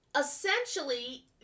essentially